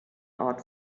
art